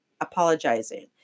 apologizing